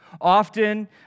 Often